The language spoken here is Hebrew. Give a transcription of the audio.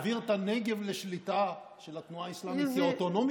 אנחנו נעביר את הנגב לשליטה של התנועה האסלאמית כאוטונומיה?